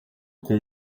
com